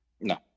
No